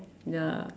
ya